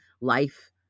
life